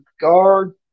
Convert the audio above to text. guard